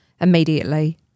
immediately